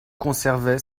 conservaient